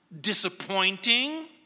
disappointing